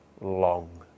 long